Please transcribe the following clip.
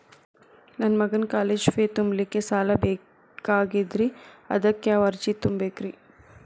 ನನ್ನ ಮಗನ college fee ತುಂಬಲಿಕ್ಕೆ ಸಾಲ ಬೇಕಾಗೆದ್ರಿ ಅದಕ್ಯಾವ ಅರ್ಜಿ ತುಂಬೇಕ್ರಿ?